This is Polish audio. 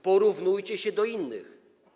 Porównujcie się do innych.